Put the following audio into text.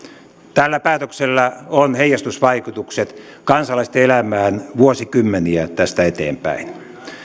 tällä päätöksellä on heijastusvaikutukset kansalaisten elämään vuosikymmeniä tästä eteenpäin